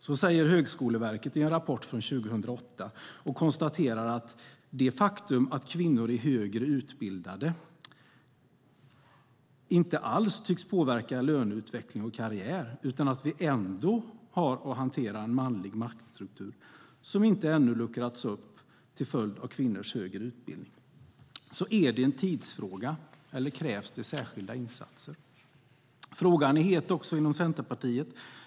Så säger Högskoleverket i en rapport från 2008 och konstaterar att det faktum att kvinnor är högre utbildade inte alls tycks påverka löneutveckling och karriär, utan att vi ändå har att hantera en manlig maktstruktur som inte ännu luckrats upp till följd av kvinnors högre utbildning. Är det en tidsfråga eller krävs det särskilda insatser? Frågan är het också inom Centerpartiet.